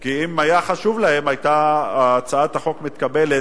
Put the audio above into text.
כי אם היה חשוב להם, היתה הצעת החוק מתקבלת,